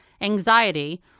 anxiety